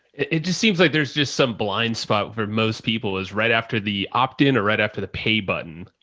it just seems like there's just some blind spot for most people is right after the opt-in or right after the pay button,